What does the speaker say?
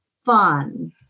fun